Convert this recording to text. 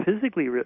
physically